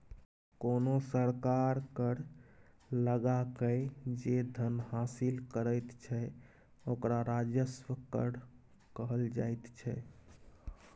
कोनो सरकार कर लगाकए जे धन हासिल करैत छै ओकरा राजस्व कर कहल जाइत छै